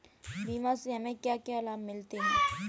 बीमा से हमे क्या क्या लाभ होते हैं?